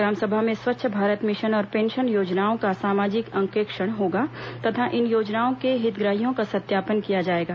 ग्राम सभा में स्वच्छ भारत मिशन और पेंशन योजनाओं का सामाजिक अंकेक्षण होगा तथा इन योजनाओं के हितग्राहियों का सत्यापन किया जाएगा